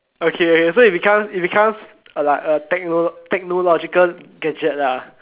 okay so it becomes it becomes a techno~ technological gadget lah